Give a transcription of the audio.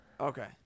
Okay